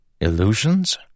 Illusions